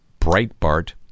Breitbart